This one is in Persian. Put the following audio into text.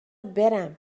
برم